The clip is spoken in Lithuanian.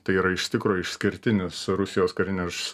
tai yra iš tikro išskirtinis rusijos karinės